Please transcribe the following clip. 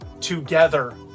together